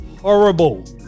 horrible